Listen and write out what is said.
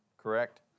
correct